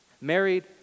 Married